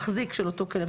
מחזיק של אותו כלב.